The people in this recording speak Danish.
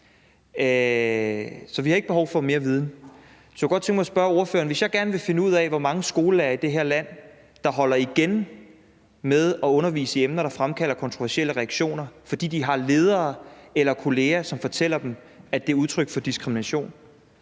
så vi ikke har behov for mere viden. Så jeg kunne godt tænke mig at spørge ordføreren: Hvis jeg gerne vil finde ud af, hvor mange skolelærere i det her land der holder igen med at undervise i emner, der fremkalder kontroversielle reaktioner, fordi de har ledere eller kolleger, som fortæller dem, at det er udtryk for diskrimination,